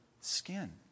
skin